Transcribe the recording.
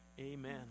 Amen